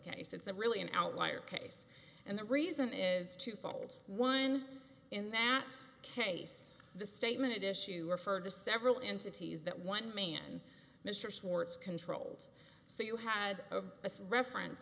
case it's a really an outlier case and the reason is twofold one in that case the statement issue referred to several into two use that one man mr schwartz controlled so you had a reference